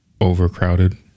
overcrowded